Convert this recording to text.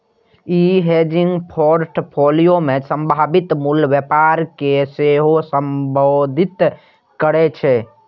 ई hedging portfolio मे संभावित मूल्य व्यवहार कें सेहो संबोधित करै छै